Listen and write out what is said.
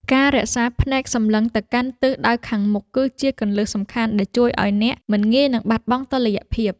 ការរក្សាភ្នែកសម្លឹងទៅកាន់ទិសដៅខាងមុខ គឺជាគន្លឹះសំខាន់ដែលជួយឱ្យអ្នកមិនងាយនឹងបាត់បង់តុល្យភាព។